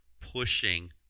pushing